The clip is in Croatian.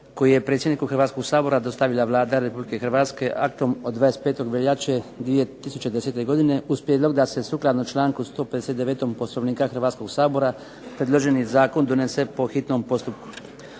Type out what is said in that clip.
koji je predsjedniku Hrvatskog sabora dostavila Vlada Republike Hrvatske aktom od 25. veljače 2010. godine uz prijedlog da se sukladno članku 159. Poslovnika Hrvatskoga sabora predloženi zakon donese po hitnom postupku.